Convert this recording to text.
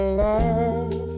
love